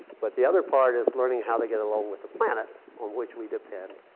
but the other part is learning how to get along with the planet. on which we depend